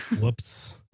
Whoops